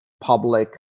public